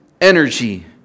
energy